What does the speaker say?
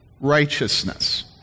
righteousness